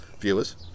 viewers